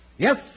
Yes